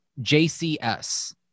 JCS